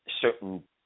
certain